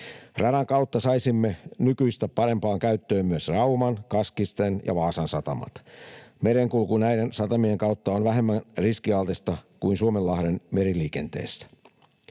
Radan kautta saisimme nykyistä parempaan käyttöön myös Rauman, Kaskisten ja Vaasan satamat. Merenkulku näiden satamien kautta on vähemmän riskialtista kuin Suomenlahden meriliikenteessä.